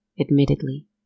admittedly